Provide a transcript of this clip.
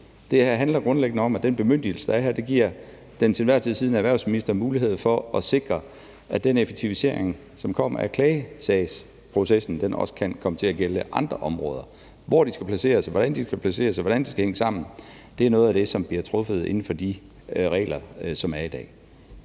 Det her handler grundlæggende om, at den bemyndigelse, der er her, giver den til enhver tid siddende erhvervsminister mulighed for at sikre, at den effektivisering, som kommer, af klagesagsprocessen, også kan komme til at gælde andre områder. Hvor de skal placeres, hvordan de skal placeres, og hvordan det skal hænge sammen, er noget af det, der bliver truffet beslutning om inden for de regler, der er i dag.